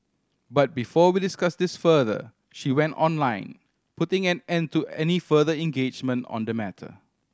but before we discuss this further she went online putting an end to any further engagement on the matter